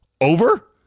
over